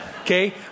Okay